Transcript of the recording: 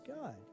God